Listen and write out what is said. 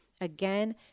Again